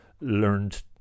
learned